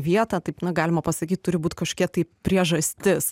vietą taip na galima pasakyt turi būti kažkokia tai priežastis